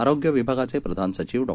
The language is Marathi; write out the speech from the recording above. आरोग्यविभागाचेप्रधानसचिवडॉ